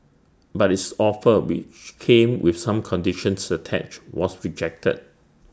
but its offer which came with some conditions attached was rejected